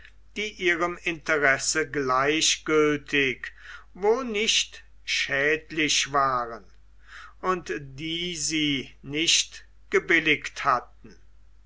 die ihrem interesse gleichgültig wo nicht schädlich waren und die sie nicht gebilligt hatten